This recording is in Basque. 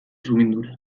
sumindura